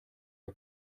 are